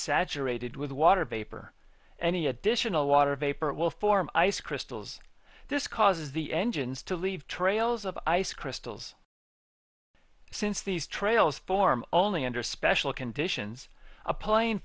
saturated with water vapor any additional water vapor will form ice crystals this causes the engines to leave trails of ice crystals since these trails form only under special conditions a plane